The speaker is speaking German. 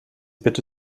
bitte